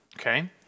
Okay